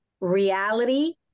reality